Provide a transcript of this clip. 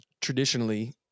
traditionally